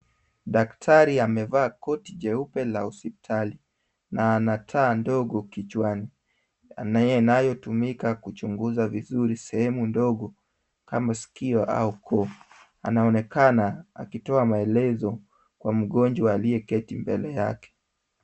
Daktari amevaa koti jeupe la hospitali na ana taa ndogo kichwa inayotumika kuchunguza vizuri sehemu ndogo kama sikio au koo . Anaonekana akitoa maelezo kwa mgonjwa aliyeketi mbele yake .